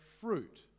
fruit